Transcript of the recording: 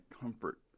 comfort